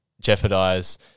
jeopardize